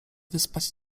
wyspać